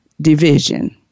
division